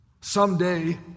Someday